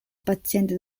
paziente